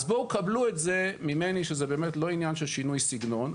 אז בואו קבלו את זה ממני שזה באמת לא עניין של שינוי סגנון.